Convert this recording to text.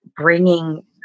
bringing